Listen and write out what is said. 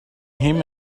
him